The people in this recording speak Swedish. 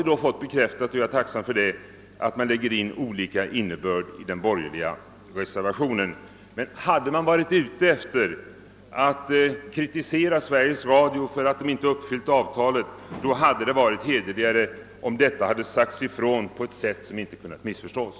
Nu har vi fått bekräftat, och jag är tacksam för det, att man lägger in olika innebörd i den borgerliga reservationen. Hade man velat kritisera Sveriges Radio för att inte ha uppfyllt avtalet hade det som sagt varit hederligare, om detta skrivits på ett sätt som inte kunnat missförstås.